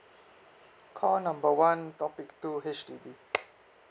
call number one topic two H_D_B